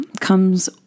comes